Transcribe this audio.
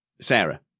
Sarah